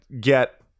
get